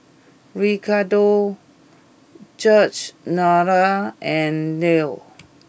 Ricardo Georgeanna and Lew